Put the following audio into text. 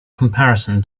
comparison